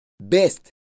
best